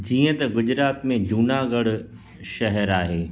जीअं त गुजरात में जूनागढ़ शहरु आहे